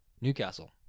Newcastle